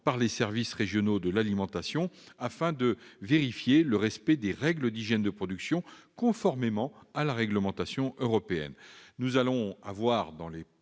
par les services régionaux de l'alimentation, afin de vérifier le respect des règles d'hygiène de production conformément à la réglementation européenne.